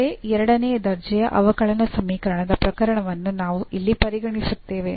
ಮತ್ತೆ ಎರಡನೇ ದರ್ಜೆಯ ಅವಕಲನ ಸಮೀಕರಣದ ಪ್ರಕರಣವನ್ನು ನಾವು ಇಲ್ಲಿ ಪರಿಗಣಿಸುತ್ತೇವೆ